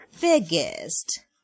biggest